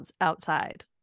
outside